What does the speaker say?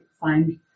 find